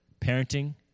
Parenting